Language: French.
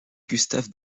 gustave